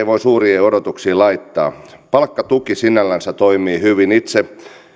voi laittaa palkkatuki sinällänsä toimii hyvin itse